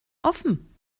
offen